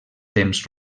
temps